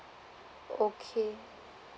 okay